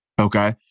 Okay